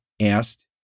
asked